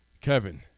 Kevin